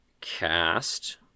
cast